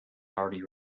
already